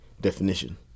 definition